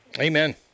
Amen